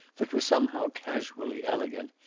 that was somehow casually elegant,